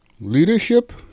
Leadership